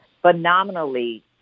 phenomenally